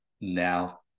now